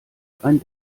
ein